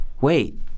wait